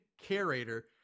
curator